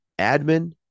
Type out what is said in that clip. admin